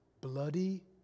bloody